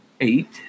eight